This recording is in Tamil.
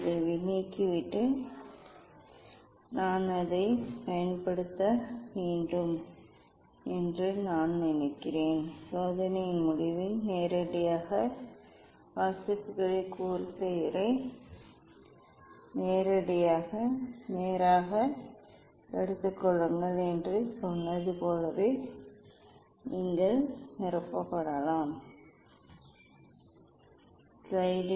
இப்போது நீங்கள் இதை நீக்கிவிட்டு நான் அதைப் பயன்படுத்த வேண்டும் என்று நான் நினைக்கிறேன் சோதனையின் முடிவில் நேரடியான வாசிப்புகளை கோர்செயரை நேரடியாக நேராக எடுத்துக்கொள்ளுங்கள் என்று சொன்னது போல நீங்கள் இதை நிரப்பலாம் இந்த ஒன்று